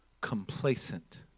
complacent